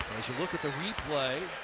as you look at the replay,